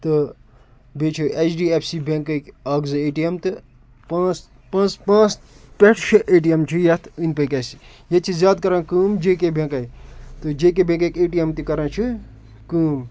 تہٕ بیٚیہِ چھِ اٮ۪چ ڈی اٮ۪ف سی بٮ۪نٛکٕکۍ اَکھ زٕ اے ٹی اٮ۪م تہٕ پانٛژھ پانٛژھ پانٛژھ پٮ۪ٹھ شےٚ اے ٹی اٮ۪م چھِ یَتھ أنٛدۍ پٔکۍ اَسہِ ییٚتہِ چھِ زیادٕ کَران کٲم جے کے بٮ۪نٛکَے تہٕ جے کے بٮ۪نٛکٕکۍ اے ٹی اٮ۪م تہِ کَران چھِ کٲم